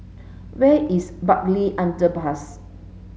where is Bartley Underpass